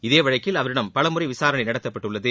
இதே வழக்கில் அவரிடம் பல முறை விசாரணை நடத்தப்பட்டுள்ளது